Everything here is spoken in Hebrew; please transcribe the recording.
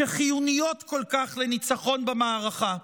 שחיוניות כל כך לניצחון במערכה.